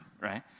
right